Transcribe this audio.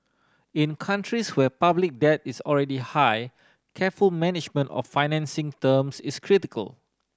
in countries where public debt is already high careful management of financing terms is critical